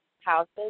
houses